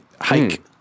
Hike